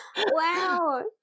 Wow